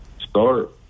start